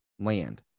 land